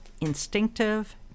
instinctive